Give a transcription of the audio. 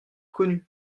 connus